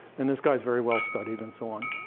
and this guy's very well-studied and so on.